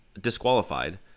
disqualified